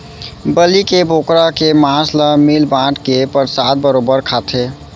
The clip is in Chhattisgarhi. बलि के बोकरा के मांस ल मिल बांट के परसाद बरोबर खाथें